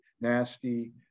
nasty